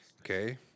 Okay